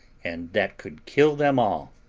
and that could kill them all,